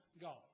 God